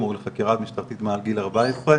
או לחקירה משטרתית מעל גיל 14,